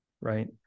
right